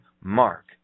mark